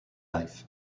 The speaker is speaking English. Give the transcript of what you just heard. life